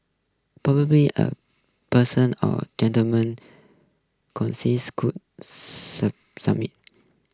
a person or gentleman could